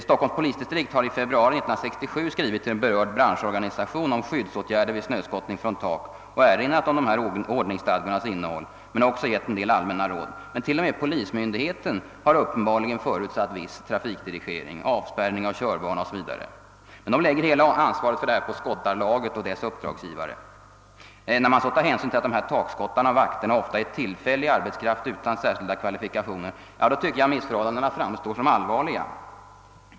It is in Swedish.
Stockholms polisdistrikt skrev i februari 1967 till en berörd branschorganisation om skyddsåtgärder vid snöskottning från tak och erinrade om ordningsstadgans innehåll. Man gav även en del allmänna råd. Till och med polismyndigheten har uppenbarligen förutsatt en viss trafikdirigering, avspärrning av körbana o. s. v., men polisen lägger hela ansvaret på skottarlaget och dess uppdragsgivare. Med hänsyn till att takskottarna och vakterna ofta är tillfällig arbetskraft utan särskilda kvalifikationer framstår missförhållandena som allvarliga.